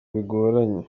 bigoranye